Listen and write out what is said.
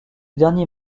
dernier